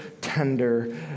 tender